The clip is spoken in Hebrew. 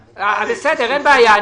בסדר, אין בעיה.